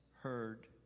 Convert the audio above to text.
heard